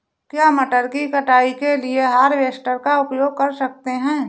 क्या मटर की कटाई के लिए हार्वेस्टर का उपयोग कर सकते हैं?